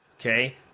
Okay